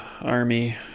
army